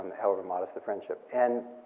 however modest the friendship. and